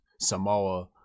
Samoa